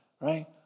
right